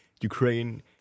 Ukraine